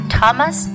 Thomas